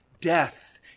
Death